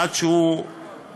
עד שהוא מתאקלם,